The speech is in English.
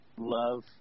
love